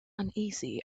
uneasy